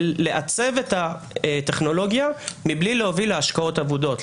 ולעצב את הטכנולוגיה מבלי להוביל להשקעות אבודות.